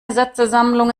sätzesammlung